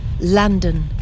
London